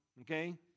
okay